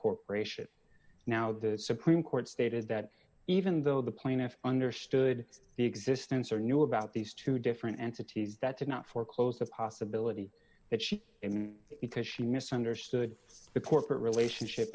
corporation now the supreme court stated that even though the plaintiff understood the existence or knew about these two different entities that did not foreclose the possibility that she in it because she misunderstood the corporate relationship